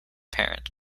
parent